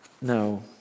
No